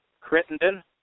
Crittenden